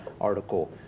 article